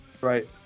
Right